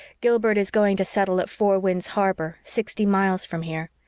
gilbert is going to settle at four winds harbor sixty miles from here.